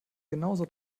genauso